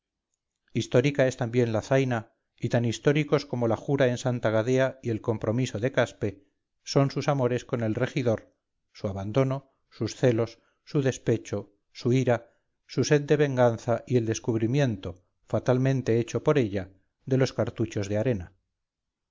histórica es también la zaina y tan históricos como la jura en santa gadea y el compromiso de caspe son sus amores con el regidor su abandono sus celos su despecho su ira su sed de venganza y el descubrimiento fatalmente hecho por ella de los cartuchos de arena